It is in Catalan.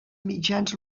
mitjans